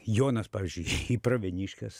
jonas pavyzdžiui į pravieniškes